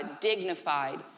dignified